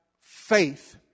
faith